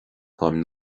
táim